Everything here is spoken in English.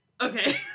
Okay